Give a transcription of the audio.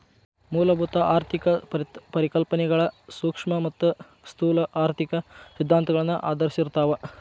ಮೂಲಭೂತ ಆರ್ಥಿಕ ಪರಿಕಲ್ಪನೆಗಳ ಸೂಕ್ಷ್ಮ ಮತ್ತ ಸ್ಥೂಲ ಆರ್ಥಿಕ ಸಿದ್ಧಾಂತಗಳನ್ನ ಆಧರಿಸಿರ್ತಾವ